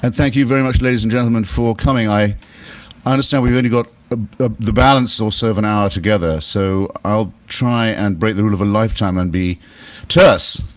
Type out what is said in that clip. and thank you very much, ladies and gentlemen, for coming. i understand we've only got the balance so so of an hour together so, i'll try and break the rule of a lifetime and be terse.